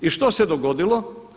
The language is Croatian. I što se dogodilo?